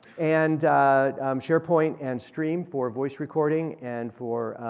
and sharepoint and stream for voice recording and for